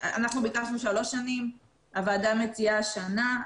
ביקשנו שלוש שנים, הוועדה מציעה שנה,